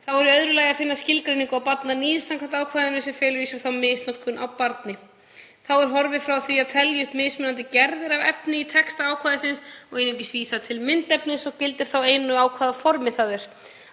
Þá er í öðru lagi að finna skilgreiningu á barnaníði samkvæmt ákvæðinu sem felur í sér misnotkun á barni. Horfið er frá því að telja upp mismunandi gerðir af efni í texta ákvæðisins. Einungis er vísað til myndefnis og gildir þá einu á hvaða formi það er.